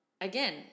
again